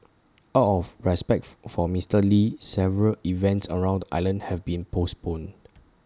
out of respect for Mister lee several events around the island have been postponed